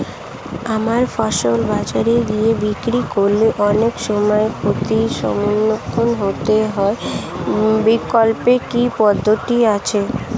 আমার ফসল বাজারে গিয়ে বিক্রি করলে অনেক সময় ক্ষতির সম্মুখীন হতে হয় বিকল্প কি পদ্ধতি আছে?